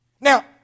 Now